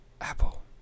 Apple